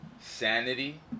Sanity